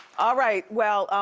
ah right, well,